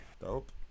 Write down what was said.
Dope